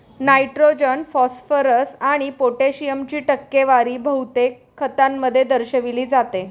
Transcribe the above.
nitrogen, phosphorus आणि पोटॅशियमची टक्केवारी बहुतेक खतांमध्ये दर्शविली जाते